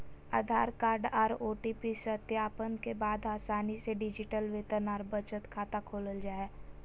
आधार card आर OTP सत्यापन के बाद आसानी से डिजिटल वेतन आर बचत खाता खोलल जा हय